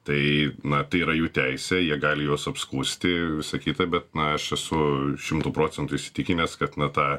tai na tai yra jų teisė jie gali juos apskųsti visa kita bet na aš esu šimtu procentų įsitikinęs kad na tą